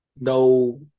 no